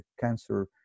cancer